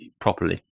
properly